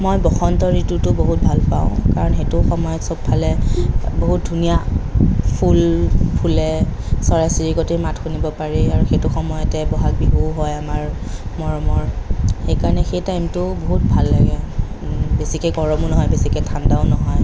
মই বসন্ত ঋতুটো বহুত ভালপাওঁ কাৰণ সেইটো সময়ত চবফালে বহুত ধুনীয়া ফুল ফুলে চৰাই চিৰিকটিৰ মাত শুনিব পাৰি আৰু সেইটো সময়তে ব'হাগ বিহুও হয় আমাৰ মৰমৰ সেইকাৰণে সেই টাইমটো বহুত ভাল লাগে বেছিকৈ গৰমো নহয় বেছিকৈ ঠাণ্ডাও নহয়